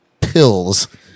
pills